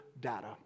data